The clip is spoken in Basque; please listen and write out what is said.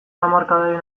hamarkadaren